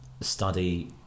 study